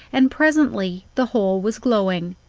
and presently the hole was glowing,